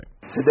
Today